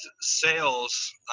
sales